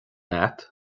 agat